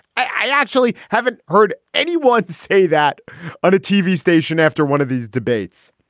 i actually haven't heard anyone say that on a tv station after one of these debates.